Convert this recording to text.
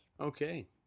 Okay